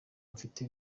mfite